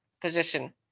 position